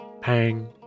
Pang